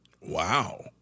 Wow